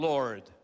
Lord